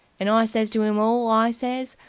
and i says to them all, i says,